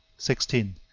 sixteen.